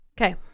Okay